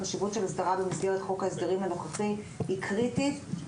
החשיבות של אסדרה במסגרת חוק ההסדרים הנוכחי היא קריטית,